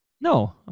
No